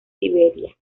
siberia